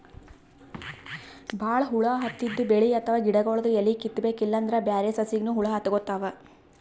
ಭಾಳ್ ಹುಳ ಹತ್ತಿದ್ ಬೆಳಿ ಅಥವಾ ಗಿಡಗೊಳ್ದು ಎಲಿ ಕಿತ್ತಬೇಕ್ ಇಲ್ಲಂದ್ರ ಬ್ಯಾರೆ ಸಸಿಗನೂ ಹುಳ ಹತ್ಕೊತಾವ್